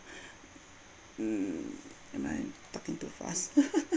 mm am I talking too fast